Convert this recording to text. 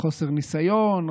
בחוסר ניסיון,